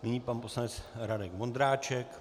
Nyní pan poslanec Radek Vondráček.